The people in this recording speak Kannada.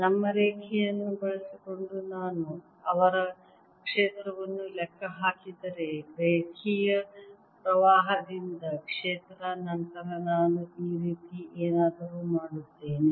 ನಮ್ಮ ರೇಖೆಯನ್ನು ಬಳಸಿಕೊಂಡು ನಾನು ಅವರ ಕ್ಷೇತ್ರವನ್ನು ಲೆಕ್ಕ ಹಾಕಿದರೆ ರೇಖೆಯ ಪ್ರವಾಹದಿಂದಾಗಿ ಕ್ಷೇತ್ರ ನಂತರ ನಾನು ಈ ರೀತಿ ಏನಾದರೂ ಮಾಡುತ್ತೇನೆ